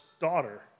daughter